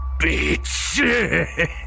bitch